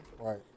Right